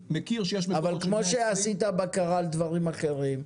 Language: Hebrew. אבל כמו שעשית בקרה על דברים אחרים,